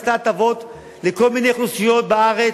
עשתה הטבות לכל מיני אוכלוסיות בארץ,